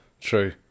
true